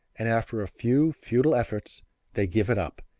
and after a few futile efforts they give it up,